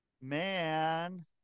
Man